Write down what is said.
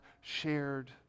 shared